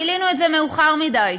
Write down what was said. גילינו את זה מאוחר מדי.